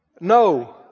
No